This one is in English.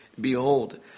Behold